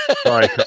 sorry